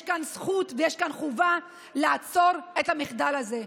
יש כאן זכות ויש כאן חובה לעצור את המחדל הזה,